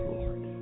Lord